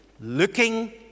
looking